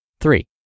Three